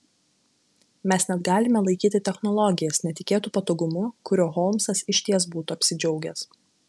mes net galime laikyti technologijas netikėtu patogumu kuriuo holmsas išties būtų apsidžiaugęs